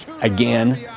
Again